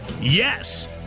yes